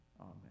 Amen